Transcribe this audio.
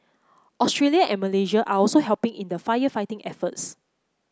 Australia and Malaysia are also helping in the firefighting efforts